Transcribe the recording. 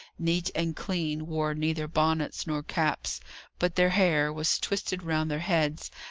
neat and clean, wore neither bonnets nor caps but their hair was twisted round their heads,